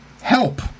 help